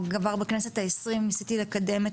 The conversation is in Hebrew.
או כבר בכנסת העשרים ניסיתי לקדם את